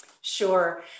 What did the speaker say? Sure